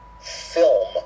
film